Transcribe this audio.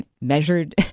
measured